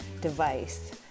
device